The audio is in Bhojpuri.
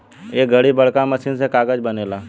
ए घड़ी बड़का मशीन से कागज़ बनेला